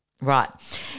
right